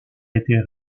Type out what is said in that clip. était